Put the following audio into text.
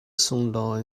sunglawi